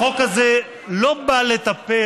החוק הזה לא בא לטפל,